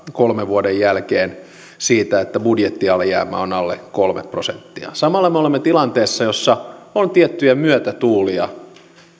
kolmen vuoden jälkeen siitä että budjettialijäämä on alle kolme prosenttia samalla me olemme tilanteessa jossa on tiettyjä myötätuulia